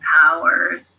Powers